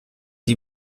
die